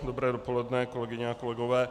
Dobré dopoledne, kolegyně a kolegové.